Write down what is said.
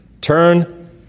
Turn